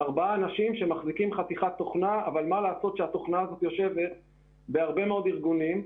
לחברות קטנות שמחזיקות בתוכנה שיושבת בהרבה מאוד ארגונים.